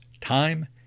Time